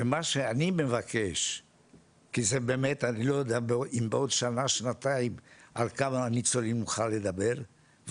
מה שאני מבקש - ואני לא יודע על כמה ניצולים נוכל לדבר בעוד שנה-שנתיים,